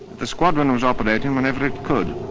the squadron was operating whenever it could.